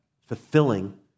fulfilling